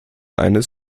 eines